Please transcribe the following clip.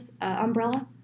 umbrella